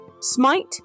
Smite